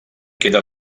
queda